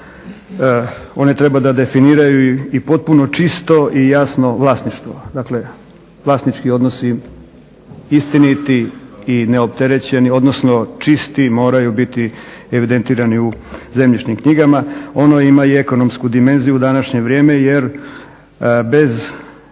One treba da definiraju i potpuno čisto i jasno vlasništvo, dakle vlasnički odnosi istiniti i neopterećeni odnosno čisti moraju biti evidentirani u zemljišnim knjigama. Ono ima i ekonomsku dimenziju u današnje vrijeme jer bez